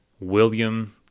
William